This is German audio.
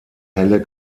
helle